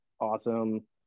awesome